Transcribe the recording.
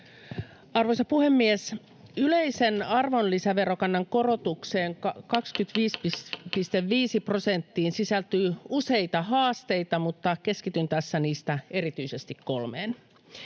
Arvoisa puhemies! Yleisen arvonlisäverokannan korotukseen 25,5 prosenttiin sisältyy useita haasteita, mutta keskityn tässä erityisesti kolmeen